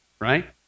right